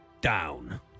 Down